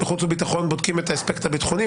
בחוץ וביטחון בודקים את האספקט הביטחוני,